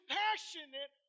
passionate